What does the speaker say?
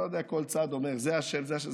אני לא יודע, כל צד אומר: זה אשם, זה אשם.